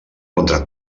contra